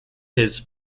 his